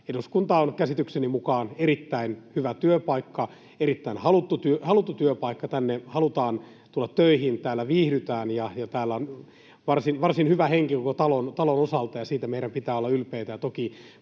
eduskunta on käsitykseni mukaan erittäin hyvä työpaikka, erittäin haluttu työpaikka. Tänne halutaan tulla töihin, täällä viihdytään, ja täällä on varsin hyvä henki koko talon osalta. Siitä meidän pitää olla ylpeitä